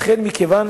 לכן, מכיוון